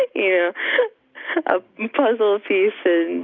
you know of puzzle pieces.